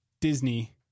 Disney